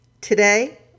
Today